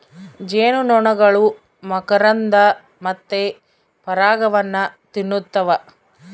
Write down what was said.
ಜೇನುನೊಣಗಳು ಮಕರಂದ ಮತ್ತೆ ಪರಾಗವನ್ನ ತಿನ್ನುತ್ತವ